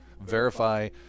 Verify